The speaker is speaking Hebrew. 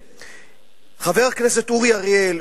חבר הכנסת אורי אריאל,